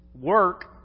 work